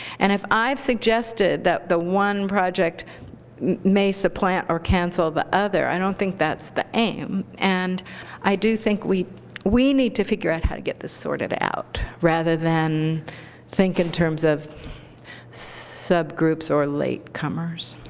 and if i've suggested that the one project may suppplant or cancel the other, i don't think that's the aim. and i do think we we need to figure out how to get this sorted out, rather than think in terms of subgroups or latecomers.